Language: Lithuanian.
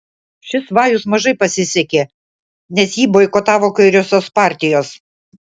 šis vajus mažai pasisekė nes jį boikotavo kairiosios partijos